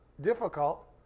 difficult